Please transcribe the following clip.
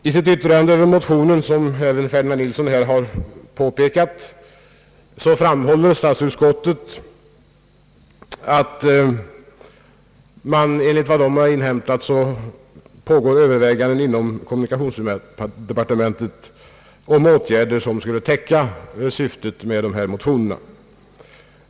I sitt utlåtande över motionerna framhåller statsutskottet, såsom herr Ferdinand Nilsson har påpekat, att det enligt vad utskottet inhämtat pågår överväganden inom kommunikationsdepartementet om åtgärder som skulle täcka syftet med motionerna.